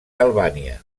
albània